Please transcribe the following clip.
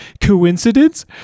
coincidence